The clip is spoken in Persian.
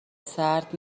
سرد